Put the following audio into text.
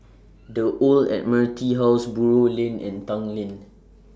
The Old Admiralty House Buroh Lane and Tanglin